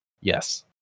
Yes